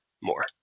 more